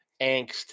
angst